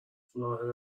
ظاهر